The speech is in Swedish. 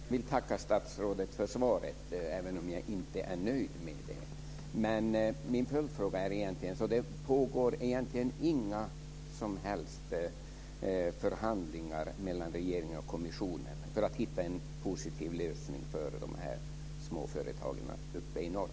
Fru talman! Jag vill tacka statsrådet för svaret, även om jag inte är nöjd med det. Min följdfråga är: Pågår det alltså inga som helst förhandlingar mellan regeringen och kommissionen för att hitta en positiv lösning för de små företagen uppe i norr?